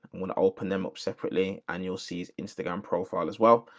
want to open them up separately and you'll see his instagram profile as well.